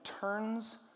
turns